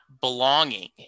belonging